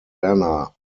banner